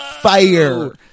fire